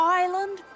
island